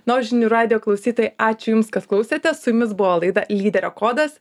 na o žinių radijo klausytojai ačiū jums kas klausėte su jumis buvo laida lyderio kodas